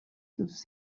those